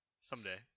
Someday